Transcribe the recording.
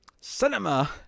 cinema